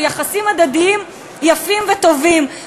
ויחסים הדדיים יפים וטובים.